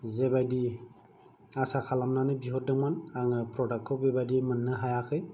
जेबायदि आसा खालामनानै बिहरदोंमोन आङो प्रडाक्ट खौ बेबायदि मोननो हायाखै